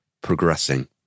progressing